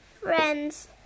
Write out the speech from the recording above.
friends